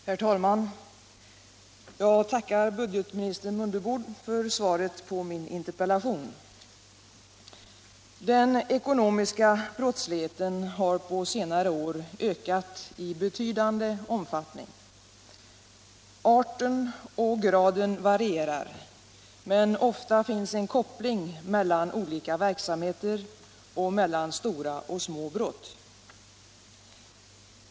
Om skattekontrol Herr talman! Jag tackar budgetminister Mundebo för svaret på min = len av sexklubbar interpellation. Den ekonomiska brottsligheten har på senare år ökat i betydande omfattning. Arten och graden varierar, men ofta finns en koppling mellan olika verksamheter och mellan stora och små brott.